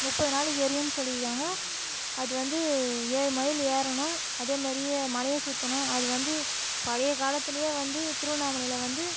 முப்பது நாளைக்கு எரியும்னு சொல்லிக்கிறாங்க அது வந்து ஏழு மையில் ஏறணும் அதே மாரியே மலையை சுற்றணும் அது வந்து பழைய காலத்திலே வந்து திருவண்ணாமலையில் வந்து